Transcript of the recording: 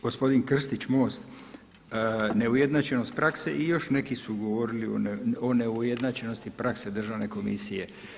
Gospodin Krstić MOST, neujednačenost prakse i još neki su govorili o neujednačenosti prakse državne komisije.